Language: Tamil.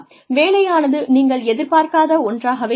வேலையானது நீங்கள் எதிர்பார்க்காத ஒன்றாகவே இருக்கும்